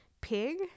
pig